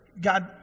God